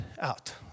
out